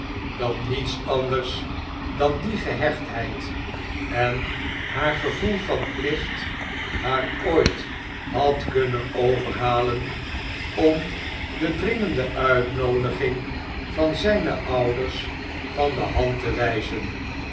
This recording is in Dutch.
dat niets anders dan die gehechtheid en haar gevoel an plicht haar ooit ihad kunnen overhalen om de dringexjde uitnoockgmg van zijne ouders van de hand te wijzen